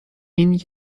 این